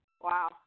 Wow